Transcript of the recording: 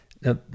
Now